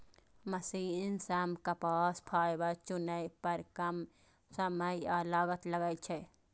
machine सं कपास fibre चुनै पर कम समय आ लागत लागै छै